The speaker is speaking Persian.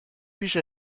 پیش